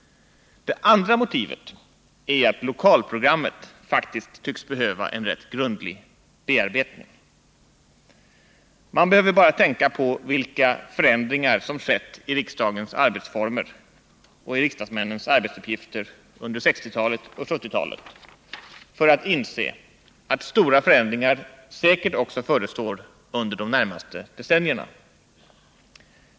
Det andra motivet är att lokalprogrammet faktiskt tycks behöva en rätt grundlig bearbetning. Man behöver bara tänka på vilka förändringar som skett i riksdagens arbetsformer och i riksdagsmännens arbetsuppgifter under 1960-talet och 1970-talet för att inse att stora förändringar säkert också förestår under de närmaste decennierna.